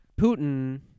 Putin